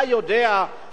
הצורך הזה קיים.